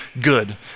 good